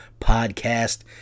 podcast